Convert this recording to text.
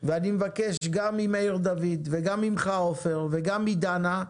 ואני מבקש גם ממאיר דוד וגם ממך, עופר, וגם מדנה,